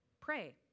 Pray